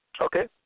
Okay